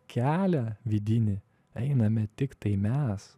kelią vidinį einame tiktai mes